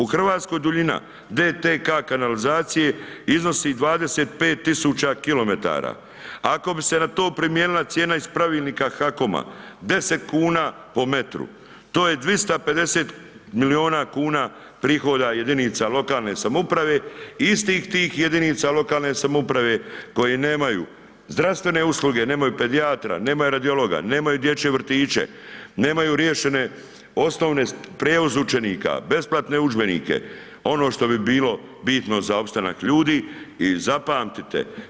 U Hrvatskoj duljina DTK kanalizacije iznosi 25.000 km, ako bi se na to primijenila cijena iz pravilnika HAKOM-a 10 kuna po metru, to je 250 miliona kuna prihoda jedinica lokalne samouprave, istih tih jedinica lokalne samouprave koje nemaju zdravstvene usluge, nemaju pedijatra, nemaju radiologa, nemaju dječje vrtiće, nemaju rješenje osnovne, prijevoz učenika, besplatne udžbenike ono što bi bilo bitno za opstanak ljudi i zapamtite.